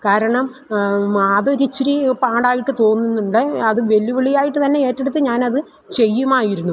കാരണം അതൊരിച്ചിരി പാടായിട്ട് തോന്നുന്നുണ്ട് അത് വെല്ലുവിളിയായിട്ട് തന്നെ ഏറ്റെടുത്ത് ഞാനത് ചെയ്യുമായിരുന്നു